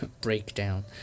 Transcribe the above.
Breakdown